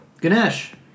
Ganesh